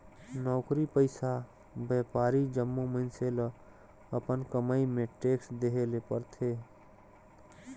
नउकरी पइसा, बयपारी जम्मो मइनसे ल अपन कमई में टेक्स देहे ले परथे